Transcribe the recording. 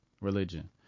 religion